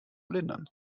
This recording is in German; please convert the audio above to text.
lindern